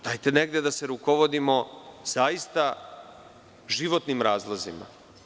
Dajte negde da se rukovodimo zaista životnim razlozima.